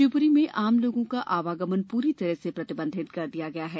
शिवपुरी में आमलोगों का आवागमन पूरी तरह से प्रतिबंधित कर दिया गया है